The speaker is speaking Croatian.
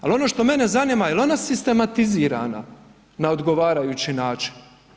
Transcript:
Ali ono što mene zanima, jel ona sistematizirana na odgovarajući način?